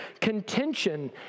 contention